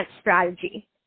Strategy